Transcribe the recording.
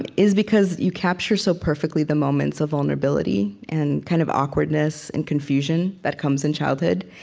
and is because you capture so perfectly the moments of vulnerability and kind of awkwardness and confusion that comes in childhood.